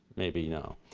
maybe no.